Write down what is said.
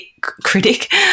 critic